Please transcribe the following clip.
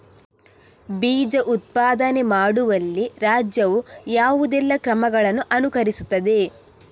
ಬೀಜ ಉತ್ಪಾದನೆ ಮಾಡುವಲ್ಲಿ ರಾಜ್ಯವು ಯಾವುದೆಲ್ಲ ಕ್ರಮಗಳನ್ನು ಅನುಕರಿಸುತ್ತದೆ?